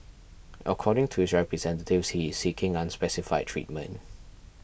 according to his representatives he is seeking unspecified treatment